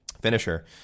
finisher